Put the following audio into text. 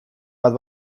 bat